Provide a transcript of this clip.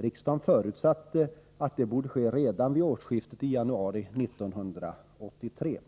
Riksdagen förutsatte att det borde ske redan vid årsskiftet, i januari 1983.